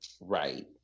Right